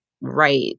right